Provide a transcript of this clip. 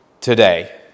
today